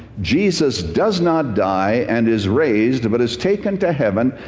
jesus does not die and is raised but is taken to heaven.